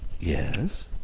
yes